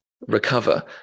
recover